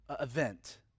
event